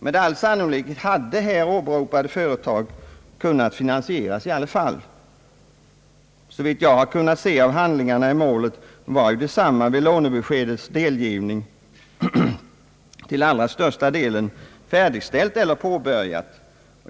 Med all sannolikhet hade här åberopade företag kunnat finansieras på annat sätt. Såvitt jag kunnat se av handlingar i målet var ju detsamma vid lånebeskedets delgivning = till allra största delen färdigställt eller påbörjat.